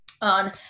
on